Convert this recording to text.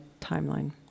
timeline